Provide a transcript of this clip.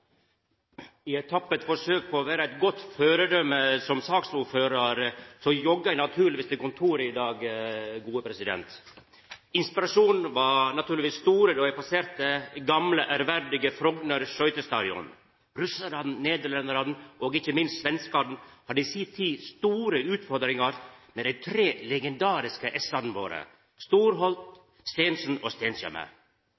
I eit tappert forsøk på å vera eit godt føredøme som saksordførar jogga eg naturlegvis til kontoret i dag. Inspirasjonen var naturlegvis stor då eg passerte gamle, ærverdige Frogner skøytestadion. Russarane, nederlendarane og ikkje minst svenskane hadde i si tid store utfordringar med dei tre legendariske S-ane våre: Storholt,